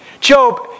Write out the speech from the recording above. Job